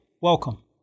welcome